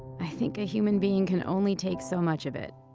i think a human being can only take so much of it.